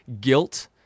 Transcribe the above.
guilt